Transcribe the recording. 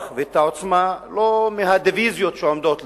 ואת העוצמה לא מהדיוויזיות שעומדות לרשותה,